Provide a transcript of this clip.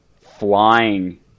flying